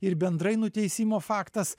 ir bendrai nuteisimo faktas